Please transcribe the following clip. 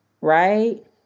right